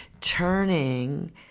turning